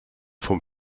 vom